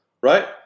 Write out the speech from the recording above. right